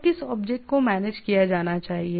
तो किस ऑब्जेक्ट को मैनेज किया जाना है